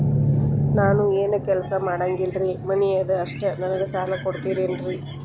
ನಾನು ಏನು ಕೆಲಸ ಮಾಡಂಗಿಲ್ರಿ ಮನಿ ಅದ ಅಷ್ಟ ನನಗೆ ಸಾಲ ಕೊಡ್ತಿರೇನ್ರಿ?